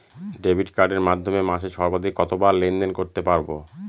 Debit কার্ডের মাধ্যমে মাসে সর্বাধিক কতবার লেনদেন করতে পারবো?